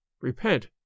repent